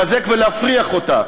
לחזק ולהפריח אותה,